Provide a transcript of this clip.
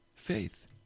faith